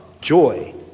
joy